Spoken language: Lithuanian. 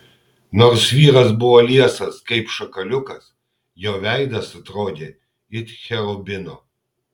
nors vyras buvo liesas kaip šakaliukas jo veidas atrodė it cherubino